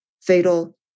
fatal